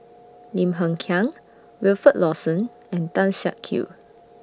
Lim Hng Kiang Wilfed Lawson and Tan Siak Kew